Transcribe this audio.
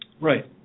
Right